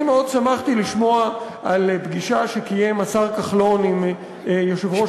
אני מאוד שמחתי לשמוע על פגישה שקיים השר כחלון עם יושב-ראש ההסתדרות,